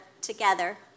together